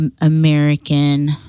American